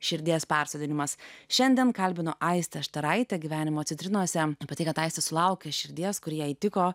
širdies persodinimas šiandien kalbino aistė štaraitė gyvenimo citrinose pati kadaise sulaukė širdies kuriai tiko